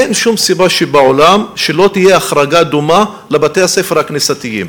אין שום סיבה בעולם שלא תהיה החרגה דומה לבתי-הספר הכנסייתיים.